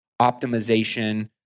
optimization